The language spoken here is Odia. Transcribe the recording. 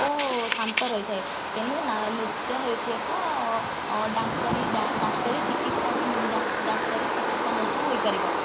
ଓ ଶାନ୍ତ ରହିଥାଏ ତେଣୁ ନା ନୃତ୍ୟ ହେଉଛି ଏକ ଡାକ୍ତରୀ ଚିକିତ୍ସା ଡାକ୍ତରୀ ଚିକିତ୍ସା ମଧ୍ୟ ହୋଇପାରିବ